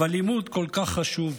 אבל לימוד כל כך חשוב.